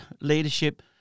leadership